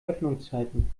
öffnungszeiten